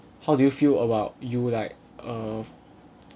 how do you feel about you like uh